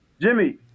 Jimmy